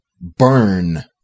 burn